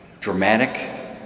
dramatic